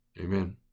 Amen